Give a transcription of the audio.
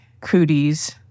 cooties